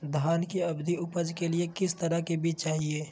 धान की अधिक उपज के लिए किस तरह बीज चाहिए?